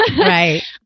Right